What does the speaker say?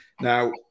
Now